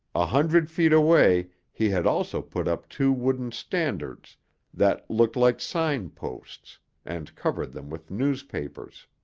a hundred feet away he had also put up two wooden standards that looked like sign posts and covered them with newspapers.